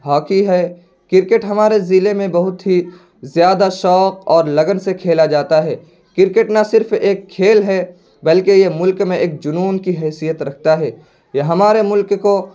hockey ہے cricket ہمارے ضلعے میں بہت ہی زیادہ شوق اور لگن سے کھیلا جاتا ہے کرکٹ نہ صرف ایک کھیل ہے بلکہ یہ ملک میں ایک جنون کی حیثیت رکھتا ہے یہ ہمارے ملک کو